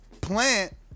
Plant